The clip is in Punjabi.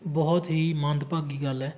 ਬਹੁਤ ਹੀ ਮੰਦਭਾਗੀ ਗੱਲ ਹੈ